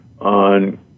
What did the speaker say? on